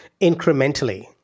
incrementally